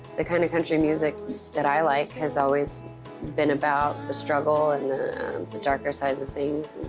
the kind of country music that i like has always been about the struggle and the darker sides of things,